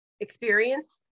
experience